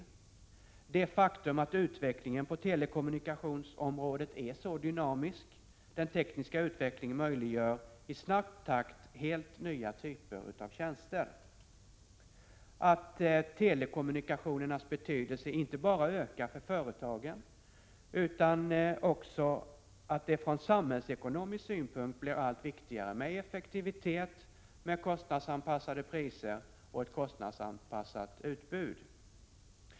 1987/88:50 e det faktum att utvecklingen på telekommunikationsområdet är så dyna — 13 januari 1988 misk — den tekniska utvecklingen möjliggör i snabb takt helt nya typer av tjänster och e att telekommunikationernas betydelse ökar för företagen och att det dessutom från samhällsekonomisk synpunkt blir allt viktigare med effektivitet, kostnadsanpassade priser och ett kundanpassat utbud.